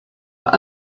were